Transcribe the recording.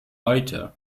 heute